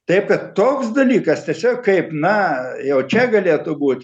taip kad toks dalykas tiesiog kaip na jau čia galėtų būt